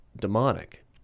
demonic